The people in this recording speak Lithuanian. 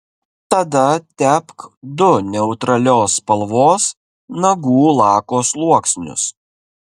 tada tepk du neutralios spalvos nagų lako sluoksnius